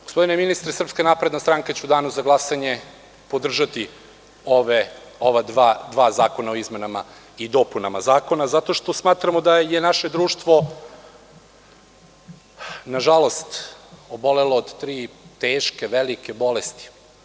Gospodine ministre, SNS će u Danu za glasanje podržati ova dva zakona o izmenama i dopunama zakona, zato što smatramo da je naše društvo, nažalost, obolelo od tri teške, velike bolesti.